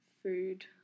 Food